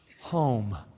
home